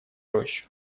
рощу